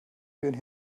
führen